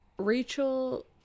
rachel